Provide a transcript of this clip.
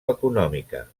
econòmica